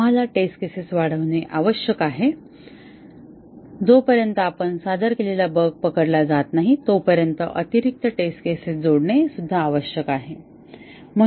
आम्हाला आमची test cases वाढवणे आवश्यक आहे जोपर्यंत आपण सादर केलेला बग पकडला जात नाही तोपर्यंत अतिरिक्त टेस्ट केसेस जोडणे आवश्यक आहे